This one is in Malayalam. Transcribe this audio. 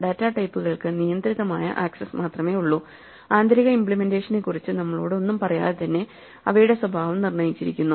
ഡാറ്റാ ടൈപ്പുകൾക്ക് നിയന്ത്രിതമായ അക്സസ്സ് മാത്രമേ ഉള്ളു ആന്തരിക ഇമ്പ്ലിമെന്റേഷനെക്കുറിച്ച് നമ്മളോട് ഒന്നും പറയാതെ തന്നെ അവയുടെ സ്വഭാവം നിർണയിച്ചിരിക്കുന്നു